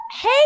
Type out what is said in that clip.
Hey